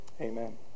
Amen